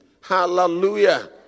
Hallelujah